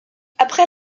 après